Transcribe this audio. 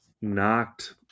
knocked